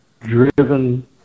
driven